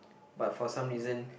but for some reason